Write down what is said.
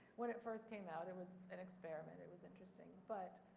when it first came out, it was an experiment. it was interesting, but